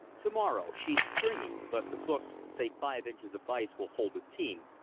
to-morrow. she's springy, but the books say five inches of ice will hold a team,